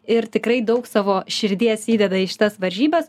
ir tikrai daug savo širdies įdeda į šitas varžybas